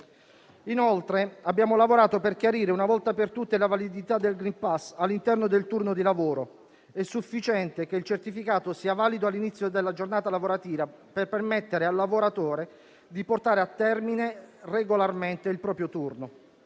Inoltre, abbiamo lavorato per chiarire una volta per tutte la validità del *green pass* all'interno del turno di lavoro: è sufficiente che il certificato sia valido all'inizio della giornata lavorativa per permettere al lavoratore di portare a termine regolarmente il proprio turno.